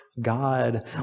God